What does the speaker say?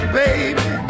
baby